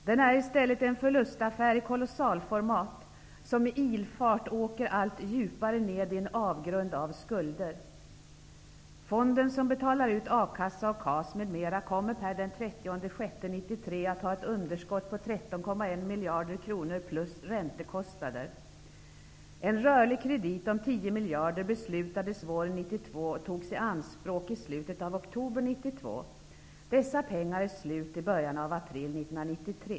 Den är i stället en förlustaffär i kolossalformat, som med ilfart åker allt djupare ned i en avgrund av skulder. m.m., kommer den 30 juni 1993 att ha ett underskott om 13,1 miljarder kronor plus räntekostnader. Dessa pengar är slut i början av april 1993.